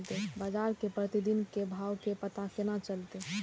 बजार के प्रतिदिन के भाव के पता केना चलते?